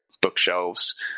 bookshelves